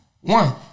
One